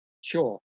Sure